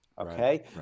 Okay